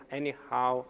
anyhow